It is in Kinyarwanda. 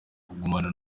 kugumana